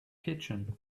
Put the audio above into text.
kitchen